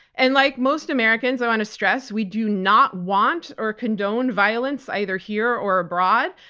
and like most americans, i want to stress, we do not want or condone violence either here or abroad,